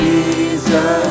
Jesus